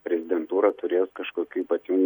prezidentūra turės kažkokių ypatin